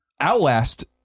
Outlast